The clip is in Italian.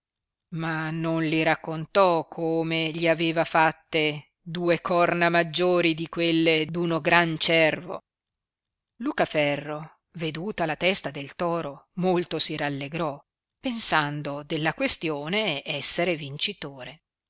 ma non li raccontò come gli aveva fatte due corna maggiori di quelle d uno gran cervo lucaferro veduta la testa del toro molto si rallegrò pensando della questione essere vincitore